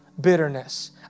bitterness